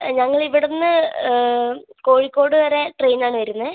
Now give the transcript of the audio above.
ആ ഞങ്ങൾ ഇവിടുന്ന് കോഴിക്കോട് വരെ ട്രെയിനിനാണ് വരുന്നത്